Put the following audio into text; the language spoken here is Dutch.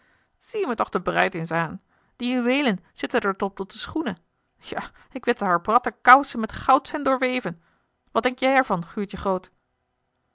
toch de bruid eens aan de juweelen zitten der tot op de schoenen ja ik wed dat haar bratten kousen met goud zijn doorweven wat denk jij er van guurtje groot